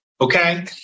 okay